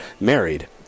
married